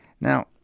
Now